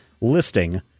listing